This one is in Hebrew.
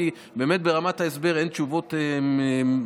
כי באמת ברמת ההסבר אין תשובות מדויקות.